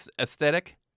aesthetic